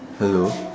hello